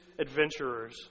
adventurers